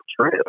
true